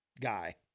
guy